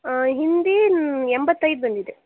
ಹಿಂದಿ ಎಂಬತ್ತೈದು ಬಂದಿದೆ